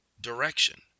direction